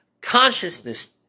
Consciousness